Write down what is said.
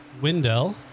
Wendell